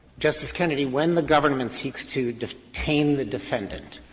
justice kennedy, when the government seeks to detain the defendant,